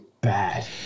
bad